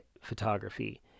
photography